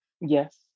Yes